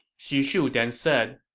xu shu then said,